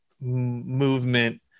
movement